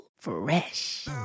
fresh